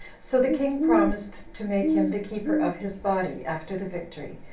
so the king promised to make him the keeper of his body, after the victory,